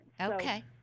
Okay